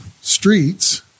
streets